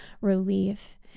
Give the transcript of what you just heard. relief